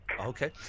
Okay